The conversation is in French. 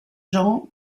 jean